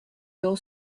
your